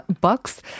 Bucks